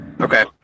Okay